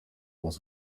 was